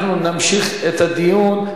אנחנו נמשיך את הדיון.